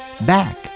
Back